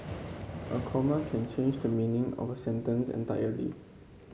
a comma can change the meaning of a sentence entirely